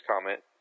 comment